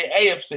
AFC